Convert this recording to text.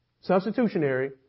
Substitutionary